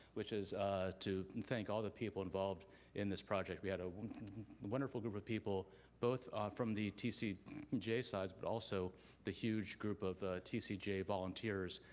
which is to and thank all the people involved in this project. we had a wonderful group of people both from the tcga tcga sides, but also the huge group of tcga volunteers.